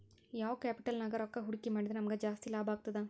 ಯಾವ್ ಕ್ಯಾಪಿಟಲ್ ನ್ಯಾಗ್ ರೊಕ್ಕಾ ಹೂಡ್ಕಿ ಮಾಡಿದ್ರ ನಮಗ್ ಜಾಸ್ತಿ ಲಾಭಾಗ್ತದ?